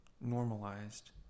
normalized